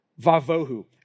vavohu